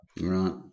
Right